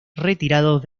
retirados